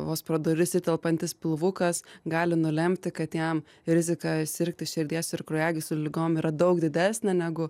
vos pro duris įtelpantis pilvukas gali nulemti kad jam rizika sirgti širdies ir kraujagyslių ligom yra daug didesnė negu